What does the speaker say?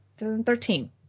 2013